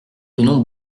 tenons